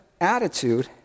attitude